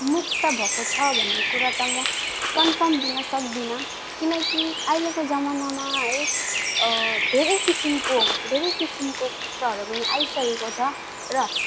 मुक्त भएको छ भन्ने कुरा त म कन्फर्म दिनँ सक्दिनँ किनकि अहिलेको जमानामा है धेरै किसिमको धेरै किसिमको कुखराहरू पनि आइसकेको छ र